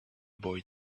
boy